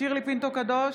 שירלי פינטו קדוש,